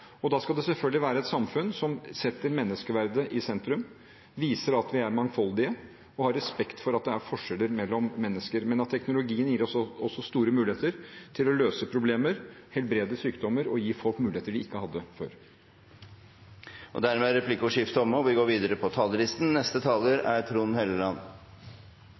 nå. Da skal det selvfølgelig være et samfunn som setter menneskeverdet i sentrum, som viser at vi er mangfoldige, og som har respekt for at det er forskjeller mellom mennesker. Men teknologien gir oss også store muligheter til å løse problemer, helbrede sykdommer og gi folk muligheter de ikke hadde før. Dermed er replikkordskiftet omme. For andre gang etter annen verdenskrig har en Høyre-ledet regjering blitt gjenvalgt. Det er